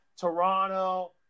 Toronto